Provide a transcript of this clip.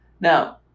now